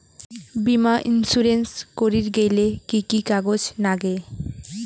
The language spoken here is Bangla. বীমা ইন্সুরেন্স করির গেইলে কি কি কাগজ নাগে?